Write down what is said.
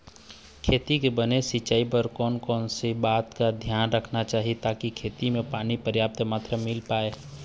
खेती के बने सिचाई बर कोन कौन सा बात के धियान रखना चाही ताकि खेती मा पानी पर्याप्त मात्रा मा मिल पाए?